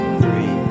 three